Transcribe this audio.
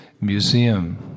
museum